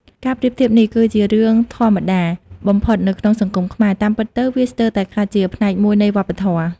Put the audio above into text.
ការប្រៀបធៀបនេះគឺជារឿងធម្មតាបំផុតនៅក្នុងសង្គមខ្មែរ តាមពិតទៅ វាស្ទើរតែក្លាយជាផ្នែកមួយនៃវប្បធម៌។